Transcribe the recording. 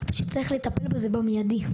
צריך לטפל בזה במיידי.